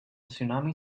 tsunami